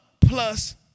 plus